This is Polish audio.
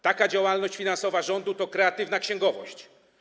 Taka działalność finansowa rządu to kreatywna księgowość.